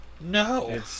No